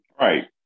right